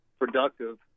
Productive